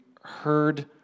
heard